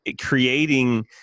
creating